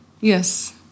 Yes